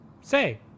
Say